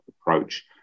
approach